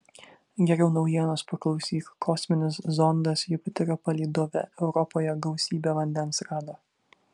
geriau naujienos paklausyk kosminis zondas jupiterio palydove europoje gausybę vandens rado